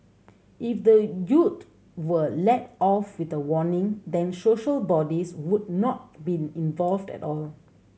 if the youth were let off with a warning then social bodies would not been involved at all